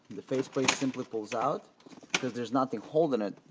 the faceplate simply pulls out because there's nothing holding it.